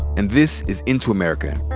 and this is into america.